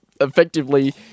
effectively